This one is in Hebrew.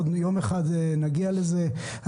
ויום אחד נגיע לזה.